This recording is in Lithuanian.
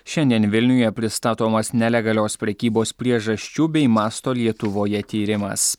šiandien vilniuje pristatomas nelegalios prekybos priežasčių bei masto lietuvoje tyrimas